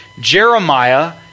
Jeremiah